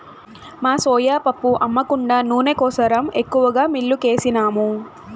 మా సోయా పప్పు అమ్మ కుండా నూనె కోసరం ఎక్కువగా మిల్లుకేసినాము